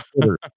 Twitter